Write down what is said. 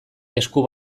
esku